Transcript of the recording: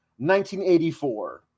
1984